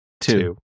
two